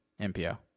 MPO